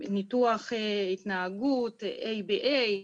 ניתוח התנהגות ABA,